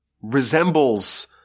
resembles